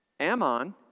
Ammon